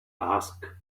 asked